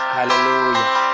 Hallelujah